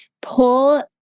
pull